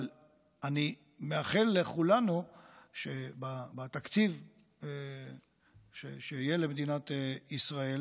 אבל אני מאחל לכולנו שבתקציב שיהיה למדינת ישראל